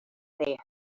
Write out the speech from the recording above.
they